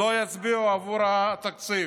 לא יצביעו עבור התקציב.